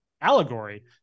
allegory